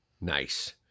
Nice